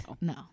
no